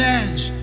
edge